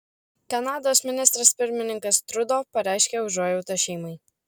kanados ministras pirmininkas trudo pareiškė užuojautą šeimai